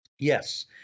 Yes